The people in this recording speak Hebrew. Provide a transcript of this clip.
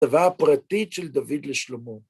‫דבר פרטי של דוד לשלמה.